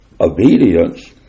obedience